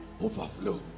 Overflow